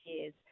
years